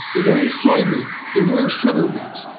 they're doing soybean. they're doing sugar beets.